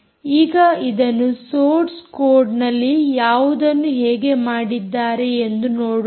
ಈಗ ಇದನ್ನು ಸೋರ್ಸ್ ಕೋಡ್ನಲ್ಲಿ ಯಾವುದನ್ನು ಹೇಗೆ ಮಾಡಿದ್ದಾರೆ ಎಂದು ನೋಡೋಣ